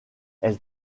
elle